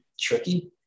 tricky